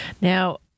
Now